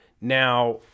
Now